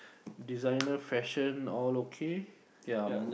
designer fashion all okay ya